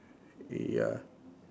ya